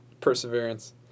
Perseverance